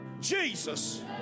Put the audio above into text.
Jesus